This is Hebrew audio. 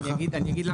אני אגיד למה.